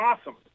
awesome